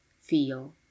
feel